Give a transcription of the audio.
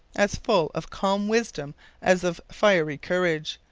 as full of calm wisdom as of fiery courage,